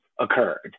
occurred